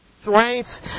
strength